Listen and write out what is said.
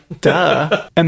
Duh